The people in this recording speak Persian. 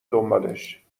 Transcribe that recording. دنبالش